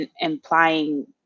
implying